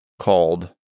called